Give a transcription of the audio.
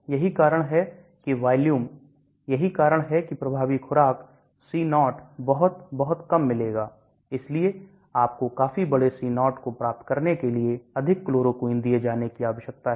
यही कारण है कि वॉल्यूम यही कारण है कि प्रभावी खुराक C0 बहुत बहुत कम मिलेगा इसलिए आपको काफी बड़े C0 को प्राप्त करने के लिए अधिक chloroquine दिए जाने की आवश्यकता है